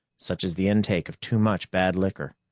such as the intake of too much bad liquor.